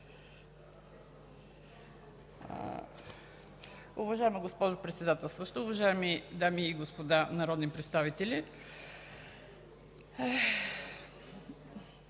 Уважаема госпожо председателстваща, уважаеми дами и господа народни представители!